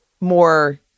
more